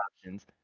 options